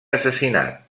assassinat